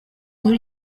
muri